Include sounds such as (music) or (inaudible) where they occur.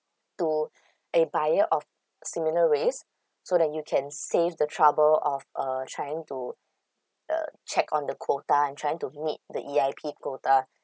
to (breath) a buyer of similar race so that you can save the trouble of uh trying to uh check on the quota trying to meet the E_I_P quota (breath)